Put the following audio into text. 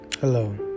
Hello